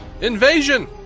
Invasion